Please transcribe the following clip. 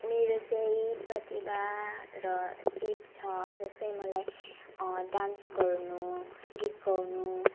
मेरो चाहिँ प्रतिभा र सिप छ जस्तै मलाई डान्स गर्न गीत गाउँनु